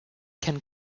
can